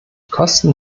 kosten